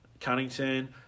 Cunnington